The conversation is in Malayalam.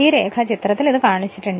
ആ രേഖാചിത്രത്തിൽ ഇത് കാണിച്ചിരിക്കുന്നു